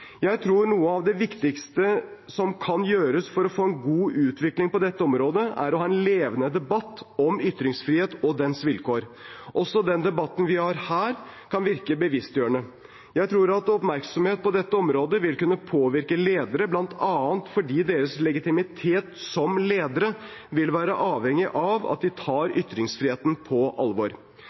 Jeg tror noe av det viktigste som kan gjøres for å få god utvikling på dette området, er å ha en levende debatt om ytringsfrihet og dens vilkår. Også den debatten vi har her, kan virke bevisstgjørende. Jeg tror at oppmerksomhet på dette området vil kunne påvirke ledere, bl.a. fordi deres legitimitet som ledere vil være avhengig av at de tar ytringsfriheten på alvor.